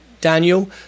Daniel